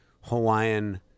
Hawaiian